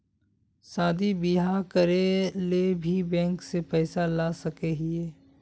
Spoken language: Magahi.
शादी बियाह करे ले भी बैंक से पैसा ला सके हिये?